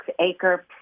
acre